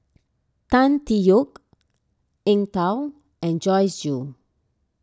Tan Tee Yoke Eng Tow and Joyce Jue